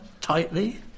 tightly